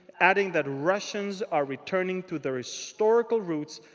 adding that russians are returning to their historical roots.